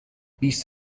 بیست